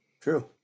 True